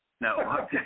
No